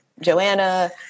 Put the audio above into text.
Joanna